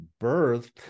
birthed